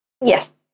Yes